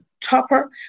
Topper